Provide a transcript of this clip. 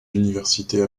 universités